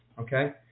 okay